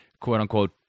quote-unquote